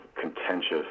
contentious